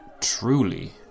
truly